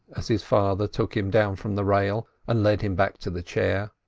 as his father took him down from the rail, and led him back to the chair.